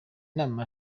nama